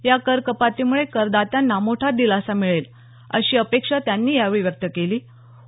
या कर कपातीमुळे करदात्यांना मोठा दिलासा मिळेल अशी अपेक्षा त्यांनी व्यक्त केली आहे